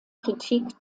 kritik